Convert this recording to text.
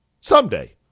Someday